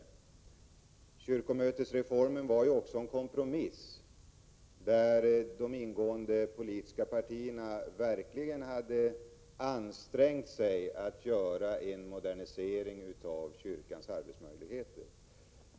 Kyrkomötesreformen var ju också en kompromiss, där de ingående politiska partierna verkligen hade ansträngt sig för att modernisera kyrkans arbetsformer.